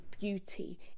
beauty